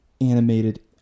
animated